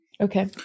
Okay